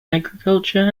agriculture